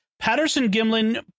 Patterson-Gimlin